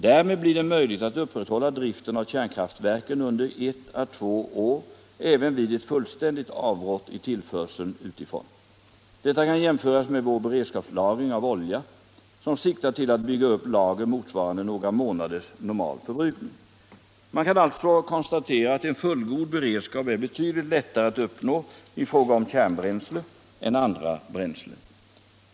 Därmed blir det möjligt att upprätthålla driften av kärnkraftverken under ett å två år även vid ett fullständigt avbrott i tillförseln utifrån. Detta kan jämföras med vår beredskapslagring av olja, som siktar till att bygga upp lager motsvarande några månaders normal förbrukning. Man kan alltså konstatera att en fullgod beredskap är betydligt lättare att uppnå i fråga om kärnbränsle än när det gäller andra bränslen.